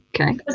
Okay